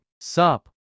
Sup